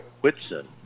Whitson